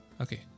Okay